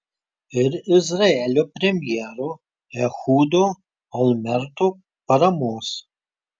ir izraelio premjero ehudo olmerto paramos